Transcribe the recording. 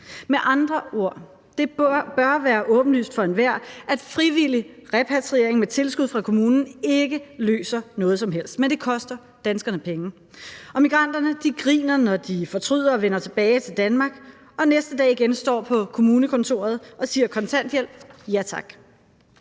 Med andre ord: Det bør være åbenlyst for enhver, at frivillig repatriering med tilskud fra kommunen ikke løser noget som helst. Men det koster danskerne penge, og migranterne griner, når de fortryder og vender tilbage til Danmark og næste dag igen står på kommunekontoret og siger: Kontanthjælp, ja tak.